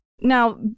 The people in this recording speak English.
Now